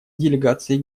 делегацией